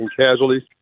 casualties